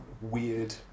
weird